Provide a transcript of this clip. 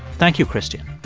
thank you, christian.